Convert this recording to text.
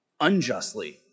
unjustly